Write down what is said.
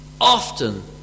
often